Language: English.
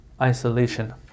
isolation